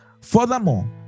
furthermore